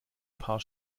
paar